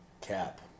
cap